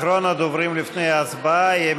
אחרון הדוברים לפני ההצבעה יהיה,